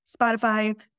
Spotify